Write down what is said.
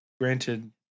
Granted